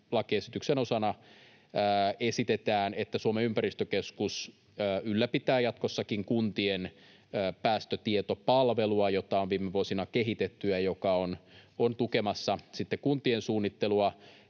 lakiesityksen osana esitetään, että Suomen ympäristökeskus ylläpitää jatkossakin kuntien päästötietopalvelua, jota on viime vuosina kehitetty ja joka on tukemassa kuntien suunnittelua